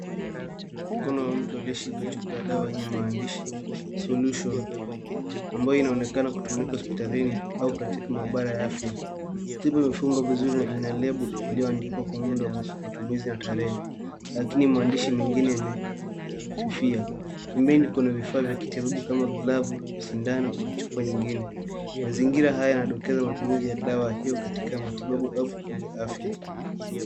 Mkono wa mtu aliyeshika chupa ya dawa yenye maandishi Solution ambayo inaonekana kutumika hospitalini au katika maabara ya afya. Imefungwa vizuri na ina lebo iliyoandikwa muda wa matumizi na tarehe lakini maandishi mengine yamefifia. Pembeni kuna vifaa vya kitabibu kama glavu, shindano na chupa nyingine. Mazingira haya yanadokeza matumizi ya dawa hiyo katika matibabu au vituo vya afya.